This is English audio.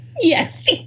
yes